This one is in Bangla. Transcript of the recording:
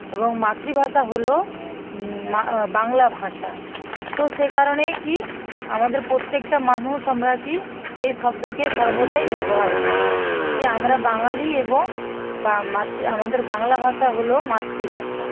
এবং মাতৃভাষা হলো মা বাংলা ভাষা তো সে কারণেই কি আমাদের প্রত্যেকটা মানুষ আমরা কি এই শব্দকে সর্বদাই ব্যবহার করি যে আমরা বাঙালি এবং বা মাতৃ আমাদের বাংলা ভাষা হলো মাতৃভাষা